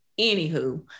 anywho